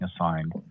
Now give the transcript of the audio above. assigned